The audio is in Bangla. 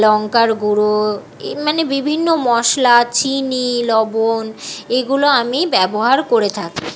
লঙ্কার গুঁড়ো এই মানে বিভিন্ন মশলা চিনি লবণ এইগুলো আমি ব্যবহার করে থাকি